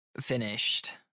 finished